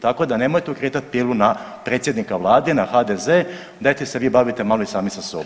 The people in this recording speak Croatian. Tako da nemojte okretati pilu na predsjednika Vlade, na HDZ, dajte se vi bavite malo i sami sa sobom.